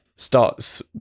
starts